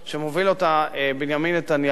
שמוביל אותה בנימין נתניהו,